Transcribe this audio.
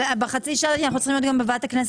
אבל אם הממשלה לא מתחשבת,